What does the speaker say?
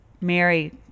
Mary